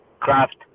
craft